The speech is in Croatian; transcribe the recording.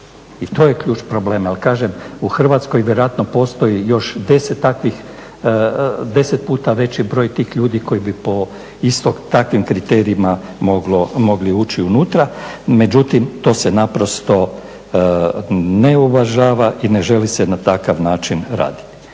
i to je ključ problem. Jer kažem, u Hrvatskoj vjerojatno postoji još 10 takvih, 10 puta veći broj tih ljudi koji bi po isto takvim kriterijima mogli ući unutra, međutim to se naprosto ne uvažava i ne želi se na takav način raditi,